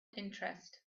interest